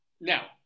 Now